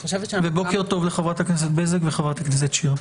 בוקר טוב לחברת הכנסת בזק ולחברת הכנסת שיר.